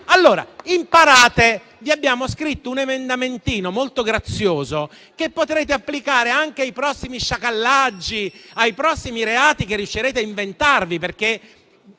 più. Imparate. Vi abbiamo scritto un emendamentino molto grazioso, che potrete applicare anche i prossimi sciacallaggi e ai prossimi reati che riuscirete a inventarvi,